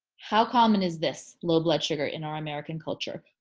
how common is this low blood sugar in our american culture?